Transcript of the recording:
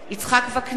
יצחק וקנין,